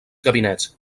gabinets